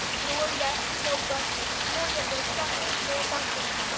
nor yet no bre'fast nor yet no supper nor nothin'.